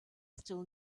still